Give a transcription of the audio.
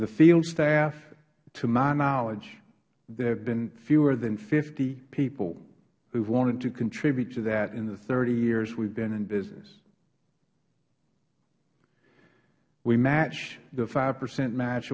the field staff to my knowledge there have been fewer than fifty people who have wanted to contribute to that in the thirty years we have been in business we match the five percent